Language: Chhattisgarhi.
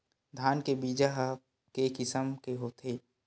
धान के बीजा ह के किसम के होथे?